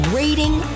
rating